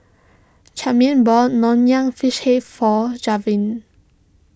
Charming bought Nonya Fish Head for Javen